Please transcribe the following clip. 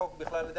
החוק של החשכ"ל.